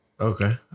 Okay